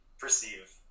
perceive